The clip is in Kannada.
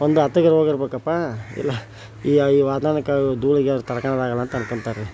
ಒಂದು ಆತಗ ರೋಗ ಇರ್ಬೇಕಪಾ ಇಲ್ಲ ಈ ಈ ವಾತಾವರಣಕ್ಕೆ ಧುಳಿಗೆ ತಡ್ಕೊಳ್ಳೋದಾಗಲ್ಲ ಅಂದ್ಕೊಳ್ತಾರ್ರೀ